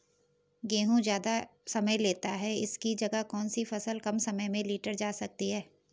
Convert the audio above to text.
गेहूँ ज़्यादा समय लेता है इसकी जगह कौन सी फसल कम समय में लीटर जा सकती है?